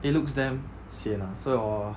it looks damn sian lah 所以我